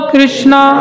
Krishna